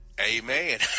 Amen